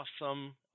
awesome